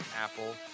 Apple